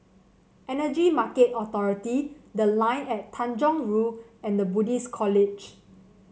Energy Market Authority The Line at Tanjong Rhu and The Buddhist College